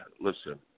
listen